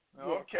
Okay